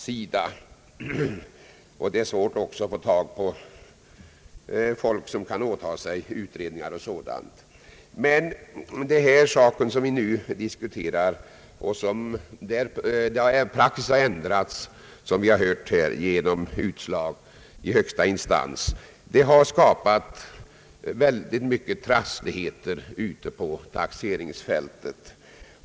Det är också svårt att få tag på folk som kan åta sig utredningar etc. Men den sak vi nu diskuterar — där praxis som vi hört har ändrats genom utslag i högsta instans — har skapat väldigt mycket trassligheter ute på taxeringsfältet.